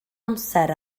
amser